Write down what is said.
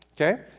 okay